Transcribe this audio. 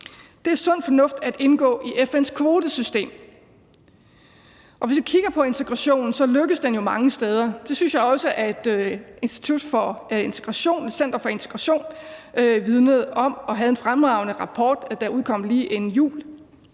Det er sund fornuft at indgå i FN's kvotesystem. Hvis vi kigger på integrationen, lykkes den jo mange steder. Det synes jeg også at en fremragende rapport fra Danmarks Videnscenter for Integration vidnede om; den udkom lige inden jul.